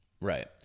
Right